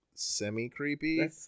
semi-creepy